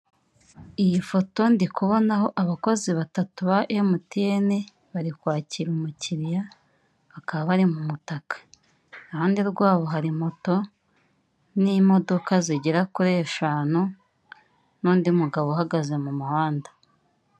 Iyi foto ndukubonaho abakozi batatu ba emutiyeni, bari kwakira umukiliya bakaba bari mu mutaka, iruhande rwabo hari moto n'imodoka zigera kuri eshanu n'undi mugabo uhagaze mu muhanda.